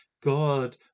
God